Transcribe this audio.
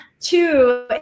two